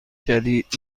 جدید